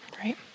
Right